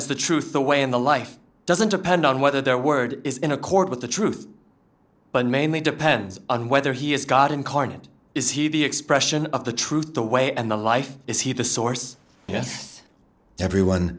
is the truth the way and the life doesn't depend on whether their word is in accord with the truth but mainly depends on whether he is god incarnate is he the expression of the truth the way and the life is he the source yet everyone